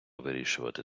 вирішувати